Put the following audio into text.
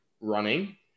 running